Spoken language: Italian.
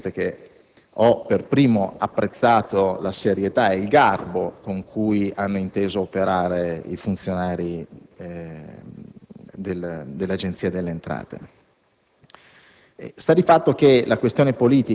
È evidente che ho per primo apprezzato la serietà ed il garbo con cui hanno inteso operare i funzionari dell'Agenzia delle entrate.